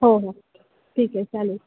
हो हो ठीक आहे चालेल